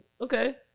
Okay